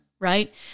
right